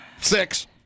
Six